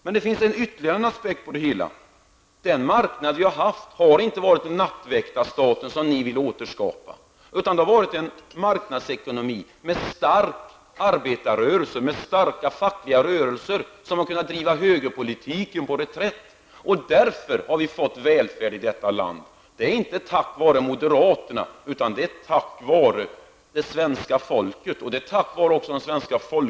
Men det finns ytterligare en aspekt här: Den marknad som vi har haft har inte varit den nattväktarstat som ni vill återskapa, utan det har varit fråga om en marknadsekonomi med en stark arberarrörelse, med en stark facklig rörelse, som har kunnat driva högerpolitiken på reträtt. Därför har vi fått välfärd i detta land. Välfärden har vi alltså inte fått tack vare moderaterna, utan tack vare svenska folkets och de svenska folkorganisationernas insatser.